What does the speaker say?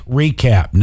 recap